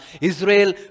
Israel